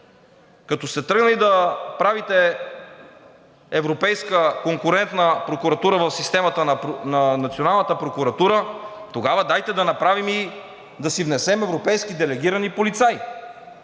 Като сте тръгнали да правите европейска конкурентна прокуратура в системата на националната прокуратура, тогава дайте да направим и да си внесем европейски делегирани полицаи,